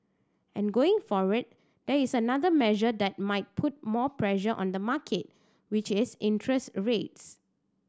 and going forward there is another measure that might put more pressure on the market which is interest rates